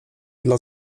dla